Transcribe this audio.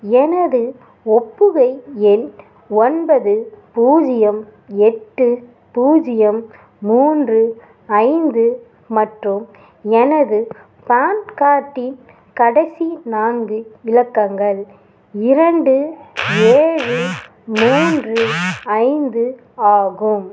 எனது ஒப்புகை எண் ஒன்பது பூஜ்ஜியம் எட்டு பூஜ்ஜியம் மூன்று ஐந்து மற்றும் எனது பான் கார்ட்டின் கடைசி நான்கு இலக்கங்கள் இரண்டு ஏழு மூன்று ஐந்து ஆகும்